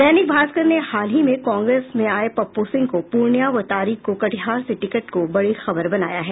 दैनिक भास्कर ने हाल ही में कांग्रेस में आये पप्पू सिंह को पूर्णिया व तारिक को कटिहार से टिकट को बड़ी खबर बनाया है